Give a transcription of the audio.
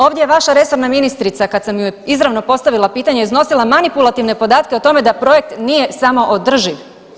Ovdje je vaša resorna ministrica kad sam joj izravno postavila pitanje iznosila manipulativne podatke o tome da projekt nije samoodrživ.